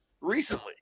recently